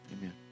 Amen